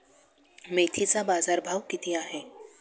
मेथीचा बाजारभाव किती आहे?